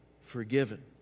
forgiven